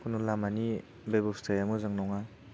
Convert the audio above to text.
खुनु लामानि बेबस्थाया मोजां नङा